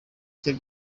icyo